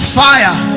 fire